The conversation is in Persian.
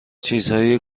چیزهای